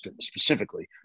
specifically